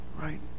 right